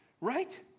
right